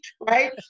right